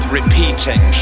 repeating